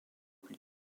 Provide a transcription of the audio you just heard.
plus